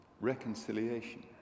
reconciliation